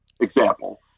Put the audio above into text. example